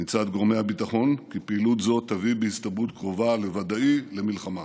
מצד גורמי הביטחון שפעילות זו תביא בהסתברות קרובה לוודאי למלחמה.